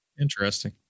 Interesting